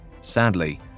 Sadly